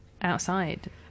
outside